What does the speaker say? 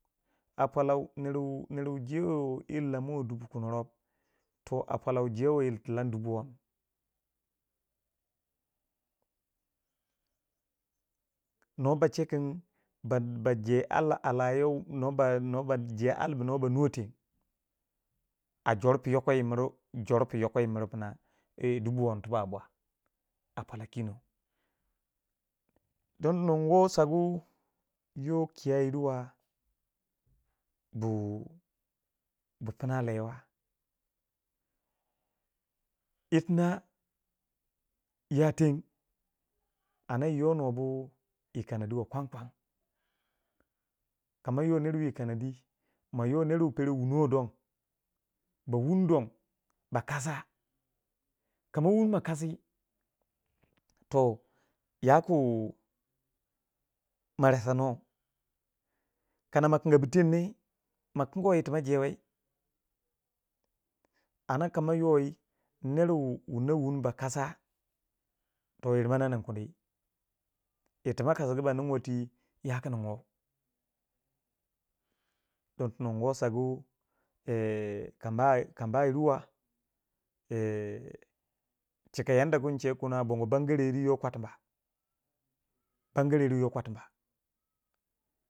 a pwalau nerwu nerwu jewu yir lamuwei dubu kunorob toh a pwalua jewe yirti lam dubu kuwab nuwa bache kin ba ba baje al al alayo nuwa ba nuwa ba nuwa teng a jor pu yoko yi mir jor pu yoko yi mur pina yi dubu wang tubak bwa a polau kinon don nu wo sagu yo kiya yirwa bu bu pina lau wa, itina ya teng anda i yo nuwa bu yi kanadi wa kwankwan ka mayo nerwu yo yi kanadi mayo ner wi pere wuniwai don ba wun don ba kasa, ka ma wun ma kasi toh yaku ma resanu. kana ma kinga bu teng ne mo kingiwai irti mo jewi anda kama yoner wu ba wun ba kasa to yir ma na nin kani yir tima kasugu ba ninwa don tono munguwo kama kama yirwa chika yanda kun che kuna don bangare kama yirwa bangare du yo kwatima.